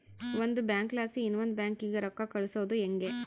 ಒಂದು ಬ್ಯಾಂಕ್ಲಾಸಿ ಇನವಂದ್ ಬ್ಯಾಂಕಿಗೆ ರೊಕ್ಕ ಕಳ್ಸೋದು ಯಂಗೆ